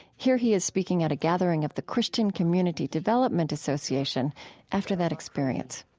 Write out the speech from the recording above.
here he is speaking at a gathering of the christian community development association after that experience